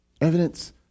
Evidence